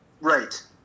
Right